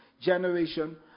generation